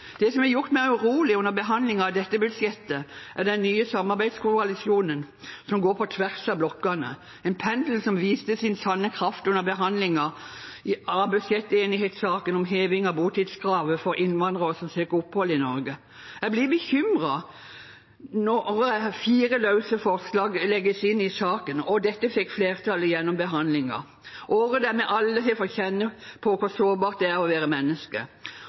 Det som har gjort meg urolig under behandlingen av dette budsjettet, er den nye samarbeidskoalisjonen som går på tvers av blokkene, en pendel som viste sin sanne kraft under behandlingen av budsjettenighetssaken om heving av botidskravet for innvandrere som søker opphold i Norge. Jeg blir bekymret når fire løse forslag ble lagt inn i saken, og dette fikk flertall gjennom behandlingen – året der vi alle har fått kjenne på hvor sårbart det er å være menneske,